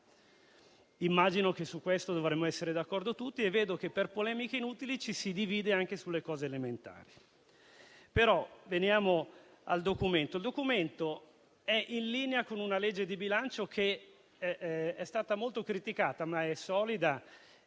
Immagino che su questo dovremmo essere d'accordo tutti e vedo che per polemiche inutili ci si divide anche sulle cose elementari. Veniamo al Documento, che è in linea con una legge di bilancio che è stata molto criticata, ma è solida,